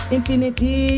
Infinity